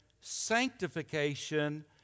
sanctification